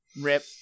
Rip